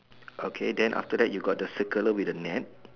okay then after that you got a circular with a net